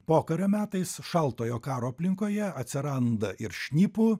pokario metais šaltojo karo aplinkoje atsiranda ir šnipų